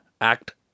act